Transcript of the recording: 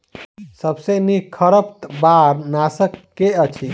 सबसँ नीक खरपतवार नाशक केँ अछि?